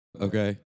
Okay